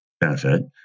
benefit